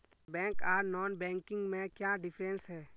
Bank आर non banking में क्याँ डिफरेंस है?